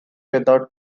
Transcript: without